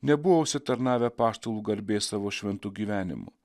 nebuvo užsitarnavę apaštalų garbės savo šventu gyvenimu